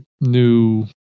new